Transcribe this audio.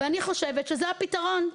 אני חושבת שזה הפתרון.